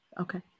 Okay